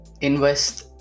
invest